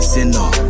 Sinner